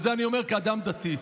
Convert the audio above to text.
ואת זה אני אומר כאדם דתי.